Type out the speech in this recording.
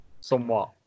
Somewhat